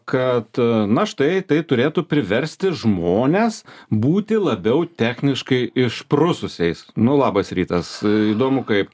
kad na štai tai turėtų priversti žmones būti labiau techniškai išprususiais nu labas rytas įdomu kaip